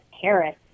Paris